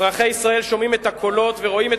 אזרחי ישראל שומעים את הקולות ורואים את